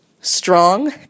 Strong